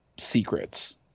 secrets